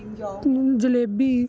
jalebi